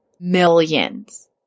Millions